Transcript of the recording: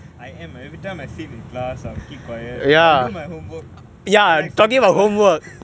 I am every time I sleep in class I'll keep quiet I'll do my homework unlike some people